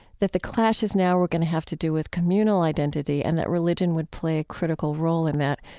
that the clashes now were going to have to do with communal identity and that religion would play a critical role in that.